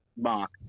mark